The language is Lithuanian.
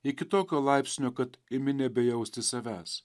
iki tokio laipsnio kad imi nebejausti savęs